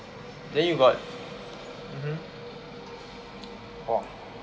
then you got mmhmm !wah!